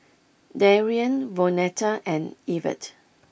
Darrien Vonetta and Evert